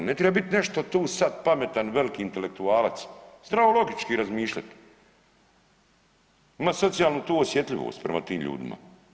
Ne treba biti nešto sad tu pametan i veliki intelektualac, zdravo logički razmišljati, ima socijalnu tu osjetljivost prema tim ljudima.